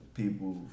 people